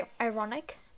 ironic